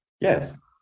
yes